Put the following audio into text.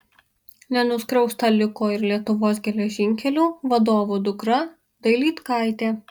nenuskriausta liko ir lietuvos geležinkelių vadovo dukra dailydkaitė